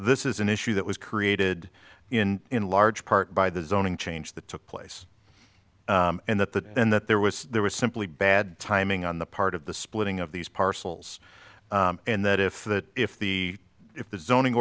this is an issue that was created in in large part by the zoning change that took place and that the then that there was there was simply bad timing on the part of the splitting of these parcels and that if that if the if the zoning